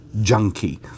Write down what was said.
junkie